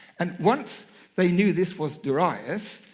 and once they knew this was darius,